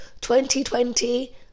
2020